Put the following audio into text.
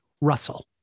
Russell